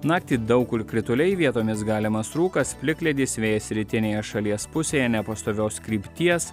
naktį daug kur krituliai vietomis galimas rūkas plikledis vėjas rytinėje šalies pusėje nepastovios krypties